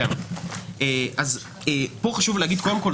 קודם כל,